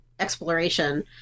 Exploration